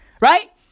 Right